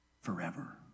forever